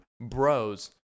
bros